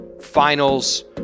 Finals